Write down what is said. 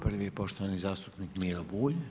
Prvi je poštovani zastupnik Miro Bulj.